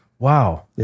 Wow